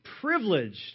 privileged